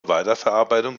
weiterverarbeitung